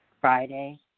Friday